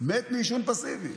מת מעישון פסיבי.